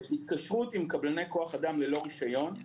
בהתקשרות על קבלני כוח אדם ללא רישיון.